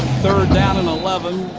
third down and eleven.